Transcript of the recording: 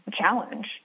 challenge